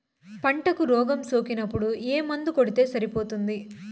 పంటకు రోగం సోకినపుడు ఏ మందు కొడితే సరిపోతుంది?